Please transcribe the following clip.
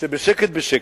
שבשקט בשקט,